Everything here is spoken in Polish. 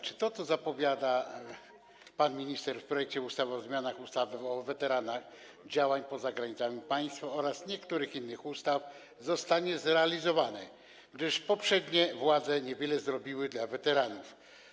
Czy to, co zapowiada pan minister w projekcie ustawy o zmianie ustawy o weteranach działań poza granicami państwa oraz niektórych innych ustaw, zostanie zrealizowane, gdyż poprzednie władze niewiele zrobiły dla weteranów?